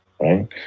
right